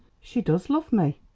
she does love me,